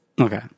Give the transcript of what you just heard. Okay